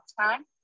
time